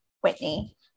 Whitney